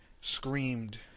screamed